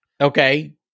Okay